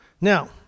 Now